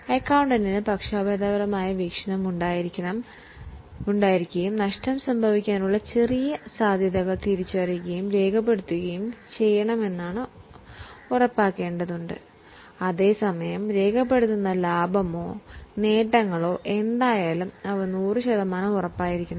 അക്കൌണ്ടന്റിന് പക്ഷപാതപരമായ വീക്ഷണം ഉണ്ടായിരിക്കുകയും നഷ്ടം സംഭവിക്കാനുള്ള ചെറിയ സാധ്യതകൾ തിരിച്ചറിയുകയും രേഖപ്പെടുത്തുകയും ചെയ്യണമെന്ന് നമ്മൾ ഉറപ്പാക്കേണ്ടതുണ്ട് അതേസമയം നമ്മൾ രേഖപ്പെടുത്തുന്ന ലാഭമോ നേട്ടങ്ങളോ എന്തായാലും നൂറു ശതമാനം ഉറപ്പുണ്ടായിരിക്കണം